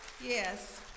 Yes